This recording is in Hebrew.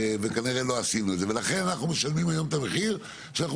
וכנראה לא עשינו את זה ואנחנו משלמים היום את המחיר שאנחנו